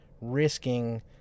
risking